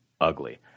ugly